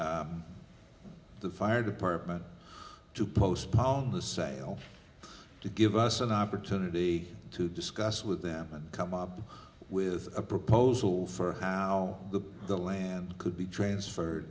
city the fire department to postpone the sale to give us an opportunity to discuss with them and come up with a proposal for how the the land could be transferred